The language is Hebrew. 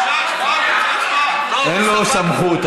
אין לו סמכות.